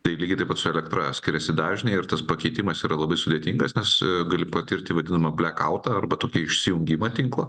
tai lygiai taip pat su elektra skiriasi dažniai ir tas pakeitimas yra labai sudėtingas nes gali patirti vadinamą blekautą arba tokį išsijungimą tinklo